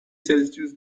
سلسیوس